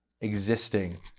existing